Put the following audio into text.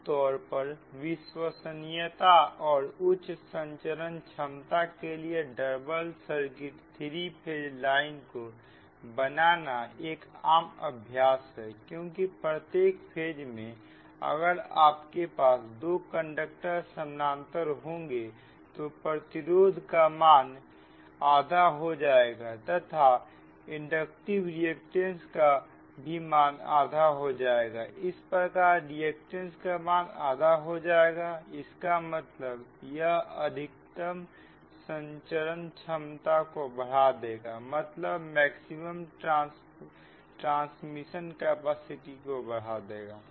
आम तौर परविश्वसनीयता और उच्च संचरण क्षमता के लिए double circuit three phase line को बनाना एक आम अभ्यास है क्योंकि प्रत्येक फेज में अगर आपके पास दो कंडक्टर समानांतर होंगे तो प्रतिरोध का मान आधा हो जाएगा तथा इंडक्टिव रिएक्टेंस का भी मान आधा हो जाएगा इस प्रकार रिएक्टेंस का मान आधा हो जाएगा इसका मतलब यह अधिकतम संचरण क्षमता को बढ़ा देगा